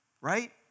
right